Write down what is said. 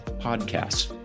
podcasts